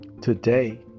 Today